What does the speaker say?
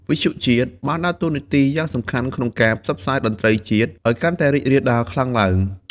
វិទ្យុជាតិ បានដើរតួនាទីយ៉ាងសំខាន់ក្នុងការ ផ្សព្វផ្សាយតន្ត្រីជាតិ ឲ្យកាន់តែរីករាលដាលខ្លាំងទ្បើង។